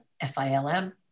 F-I-L-M